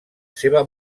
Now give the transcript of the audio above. seva